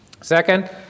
Second